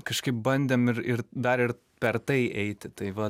kažkaip bandėm ir ir dar ir per tai eiti tai va